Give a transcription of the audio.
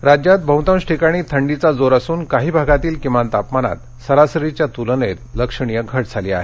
हवामान राज्यात बहतांश ठिकाणी थंडीचा जोर असुन काही भागातील किमान तापमानात सरासरीच्या तुलनेत लक्षणीय घट झाली आहे